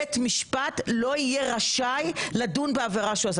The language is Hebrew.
בית המשפט לא יהיה רשאי לדון בעבירה שהוא עשה.